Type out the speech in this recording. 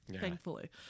thankfully